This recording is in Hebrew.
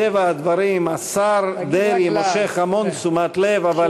מטבע הדברים השר דרעי מושך המון תשומת לב,